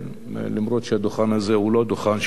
למרות שהדוכן הזה הוא לא דוכן שמיועד